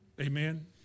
Amen